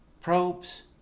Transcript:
Probes